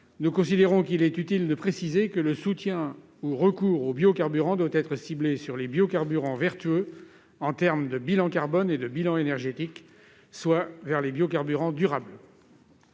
nous considérons utile de préciser que le soutien au recours aux biocarburants doit être ciblé soit vers les biocarburants vertueux en termes de bilan carbone et de bilan énergétique, soit vers les biocarburants durables.